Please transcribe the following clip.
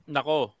Nako